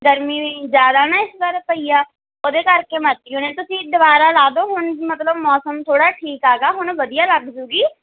ਗਰਮੀ ਵੀ ਜ਼ਿਆਦਾ ਨਾ ਇਸ ਵਾਰ ਪਈ ਆ ਉਹਦੇ ਕਰਕੇ ਮੱਚ ਗਈ ਹੋਣੀ ਤੁਸੀਂ ਦੁਬਾਰਾ ਲਾ ਦਿਓ ਹੁਣ ਮਤਲਬ ਮੌਸਮ ਥੋੜ੍ਹਾ ਠੀਕ ਹੈਗਾ ਹੁਣ ਵਧੀਆ ਲੱਗ ਜੂਗੀ